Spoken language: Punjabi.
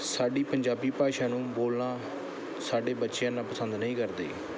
ਸਾਡੀ ਪੰਜਾਬੀ ਭਾਸ਼ਾ ਨੂੰ ਬੋਲਣਾ ਸਾਡੇ ਬੱਚੇ ਇੰਨਾਂ ਪਸੰਦ ਨਹੀਂ ਕਰਦੇ